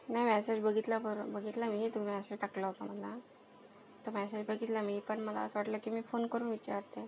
नाही मॅसेज बघितला बरं बघितला मी तुम्ही मॅसेज टाकला होता मला तो मॅसेज बघितला मी पण मला असं वाटलं की मी फोन करून विचारते